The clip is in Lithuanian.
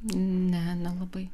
ne nelabai